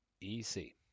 Easy